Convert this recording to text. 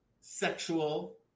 sexual